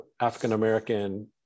African-American